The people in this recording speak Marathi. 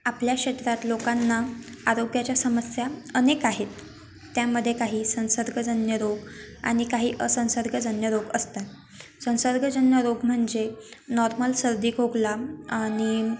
आपल्या शतकात लोकांना आरोग्याच्या समस्या अनेक आहेत त्यामध्ये काही संसर्गजन्य रोग आणि काही असंसर्गजन्य रोग असतात संसर्गजन्य रोग म्हणजे नॉर्मल सर्दी खोकला आणि